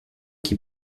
qui